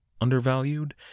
undervalued